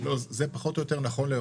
להיום?